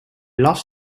las